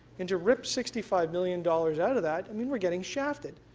and to rip sixty five million dollars out of that i mean we're getting shafted.